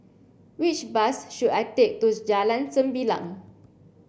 which bus should I take to Jalan Sembilang